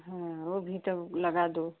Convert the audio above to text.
हाँ वह भी तब लगा दो